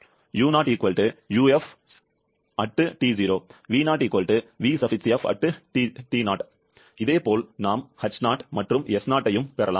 u0 ufT0 v0 vfT0 இதேபோல் நாம் h0 மற்றும் s0 ஐயும் பெறலாம்